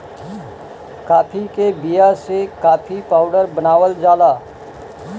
काफी के बिया से काफी पाउडर बनावल जाला